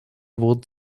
wurden